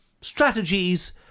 strategies